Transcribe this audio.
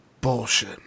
bullshit